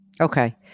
Okay